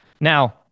Now